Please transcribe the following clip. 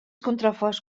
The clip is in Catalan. contraforts